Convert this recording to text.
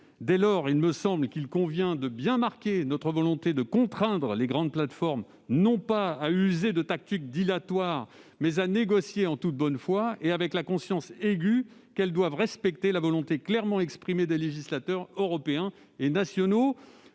Dès lors, il me semble qu'il convient de bien marquer notre volonté de contraindre les grandes plateformes, non pas à recourir à des tactiques dilatoires, mais à négocier en toute bonne foi et avec la conscience aiguë qu'elles doivent respecter la volonté clairement exprimée des législateurs européens et nationaux.